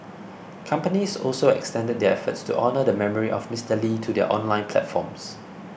companies also extended their efforts to honour the memory of Mister Lee to their online platforms